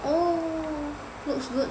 oh looks good